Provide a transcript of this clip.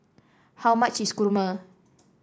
How much is kurma